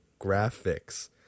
graphics